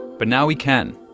but now we can.